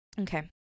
okay